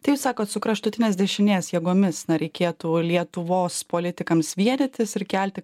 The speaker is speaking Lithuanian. tai jūs sakot su kraštutinės dešinės jėgomis na reikėtų lietuvos politikams vienytis ir kelti